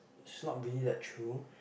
it's not really like true